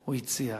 שהוא הציע.